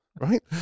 right